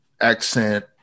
accent